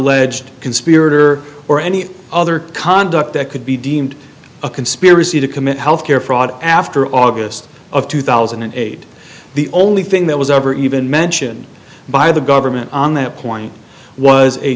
alleged conspirator or any other conduct that could be deemed a conspiracy to commit health care fraud after august of two thousand and eight the only thing that was ever even mentioned by the government on that point was a